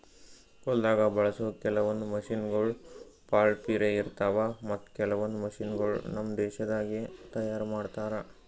ಹೊಲ್ದಾಗ ಬಳಸೋ ಕೆಲವೊಂದ್ ಮಷಿನಗೋಳ್ ಭಾಳ್ ಪಿರೆ ಇರ್ತಾವ ಮತ್ತ್ ಕೆಲವೊಂದ್ ಮಷಿನಗೋಳ್ ನಮ್ ದೇಶದಾಗೆ ತಯಾರ್ ಮಾಡ್ತಾರಾ